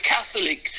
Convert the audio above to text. Catholic